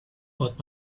but